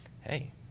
hey